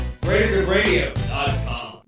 greatergoodradio.com